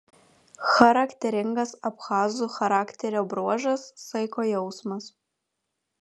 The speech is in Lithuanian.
charakteringas abchazų charakterio bruožas saiko jausmas